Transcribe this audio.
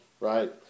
right